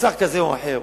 שר כזה או אחר,